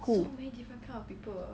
who